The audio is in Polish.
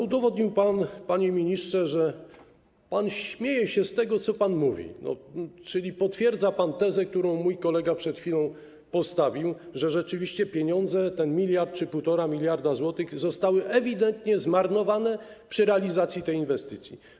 Udowodnił pan, panie ministrze, że pan śmieje się z tego, co pan mówi, czyli potwierdza pan tezę, którą mój kolega przed chwilą postawił, że rzeczywiście pieniądze, ten 1 mld czy 1,5 mld zł, zostały ewidentnie zmarnowane przy realizacji tej inwestycji.